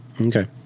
Okay